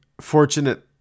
fortunate